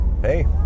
hey